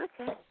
Okay